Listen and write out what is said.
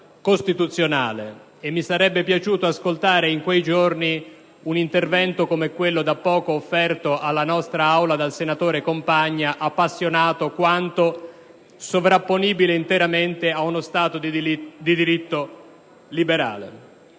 costituzionale. Mi sarebbe piaciuto ascoltare in quei giorni un intervento, come quello poc'anzi offerto alla nostra Assemblea dal senatore Compagna, appassionato quanto sovrapponibile interamente ad uno Stato di diritto